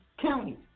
county